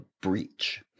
Breach